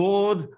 Lord